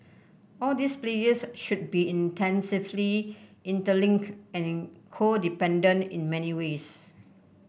all these players should be intensively interlink and in codependent in many ways